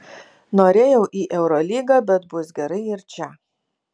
norėjau į eurolygą bet bus gerai ir čia